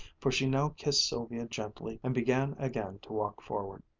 for she now kissed sylvia gently and began again to walk forward.